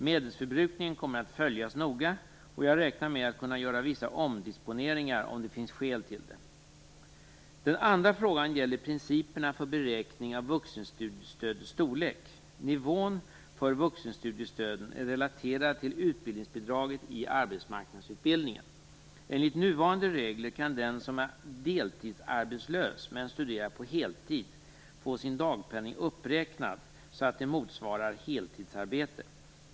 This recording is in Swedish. Medelsförbrukningen kommer att följas noga, och jag räknar med att kunna göra vissa omdisponeringar om det finns skäl till det. Den andra frågan gäller principerna för beräkning av vuxenstudiestödets storlek. Nivån för vuxenstudiestöden är relaterad till utbildningsbidraget i arbetsmarknadsutbildningen. Enligt nuvarande regler kan den som är deltidsarbetslös men studerar på heltid få sin dagpenning uppräknad så att den motsvarar heltidsarbete.